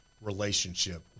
relationship